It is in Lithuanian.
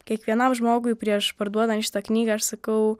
kiekvienam žmogui prieš parduodant šitą knygą aš sakau